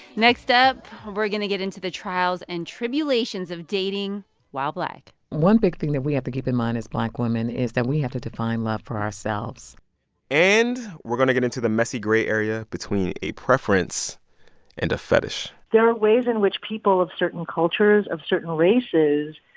next up, we're going to get into the trials and tribulations of dating while black one big thing that that we have to keep in mind as black women is that we have to define love for ourselves and we're going to get into the messy gray area between a preference and a fetish there are ways in which people of certain cultures, of certain races